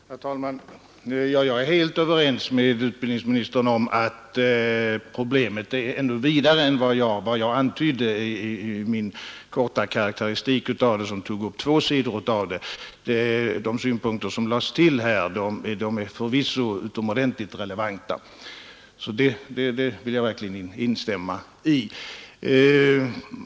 Herr talman! Jag är helt överens med utbildningsministern om att problemet är ännu vidare än vad jag antydde i min korta karakteristik, som tog upp två sidor av saken. De synpunkter, som nu lades till här, är förvisso relevanta. Så dem vill jag verkligen instämma i.